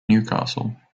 newcastle